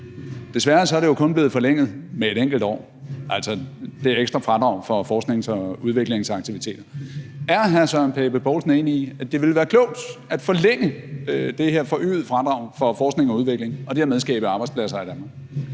Desværre er det jo kun blevet forlænget med et enkelt år, altså det ekstra fradrag for forsknings- og udviklingsaktiviteter. Er hr. Søren Pape Poulsen enig i, at det ville være klogt at forlænge det her forøgede fradrag for udgifter til forskning og udvikling og dermed skabe arbejdspladser i Danmark?